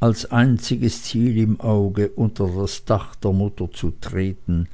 als einziges ziel im auge unter das dach der mutter zu treten